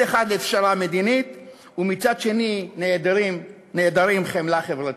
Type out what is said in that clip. אחד לפשרה מדינית ומצד שני נעדרים חמלה חברתית.